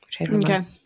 Okay